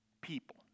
people